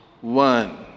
one